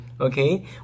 okay